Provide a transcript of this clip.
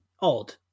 odd